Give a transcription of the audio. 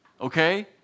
Okay